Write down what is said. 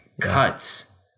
cuts